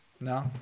No